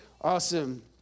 Awesome